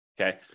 Okay